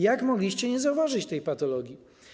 Jak mogliście nie zauważyć tej patologii?